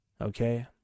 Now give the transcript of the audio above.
okay